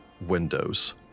windows